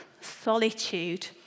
solitude